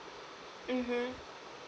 mmhmm